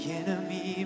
enemy